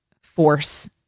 force